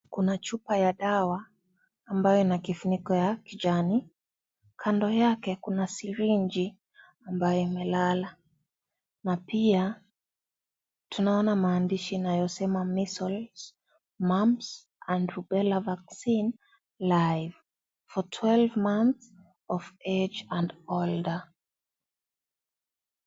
Kuna chupa ya dawa ambayo ina kifuniko ya kijani. Kando yake kuna sirinji ambayo imelala na pia tunaona maandishi inayosema " Measles, Mumps and Rubella Vaccine live for twelve months of age and older ".